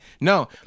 no